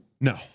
No